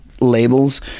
labels